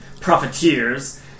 profiteers